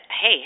hey